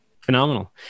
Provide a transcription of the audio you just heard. Phenomenal